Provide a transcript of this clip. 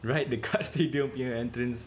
right dekat stadium punya entrance